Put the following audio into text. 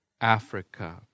Africa